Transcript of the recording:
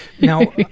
Now